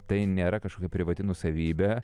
tai nėra kažkokia privati nuosavybė